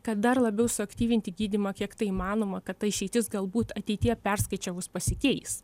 kad dar labiau suaktyvinti gydymą kiek tai įmanoma kad ta išeitis galbūt ateityje perskaičiavus pasikeis